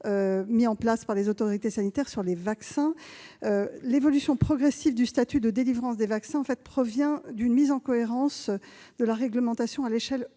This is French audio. mis en place par les autorités sanitaires sur les vaccins. L'évolution progressive du statut de délivrance des vaccins provient en effet d'une mise en cohérence de la réglementation à l'échelle